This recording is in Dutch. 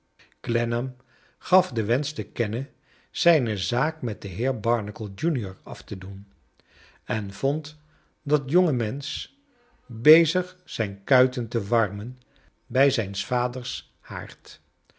clennam gaf den wensch te kennen zijne zaak met den heer barnacle junior af te doen en vond dat jonge mensch bezig zijn kuiten te warmen bij zijns vaders haard